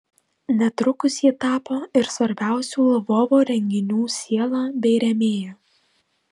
netrukus ji tapo ir svarbiausių lvovo renginių siela bei rėmėja